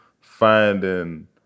finding